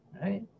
Right